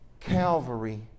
Calvary